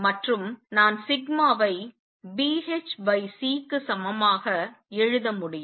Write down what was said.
மற்றும் நான் சிக்மாவை Bhcக்கு சமமாக எழுத முடியும்